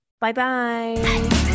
bye-bye